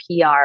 PR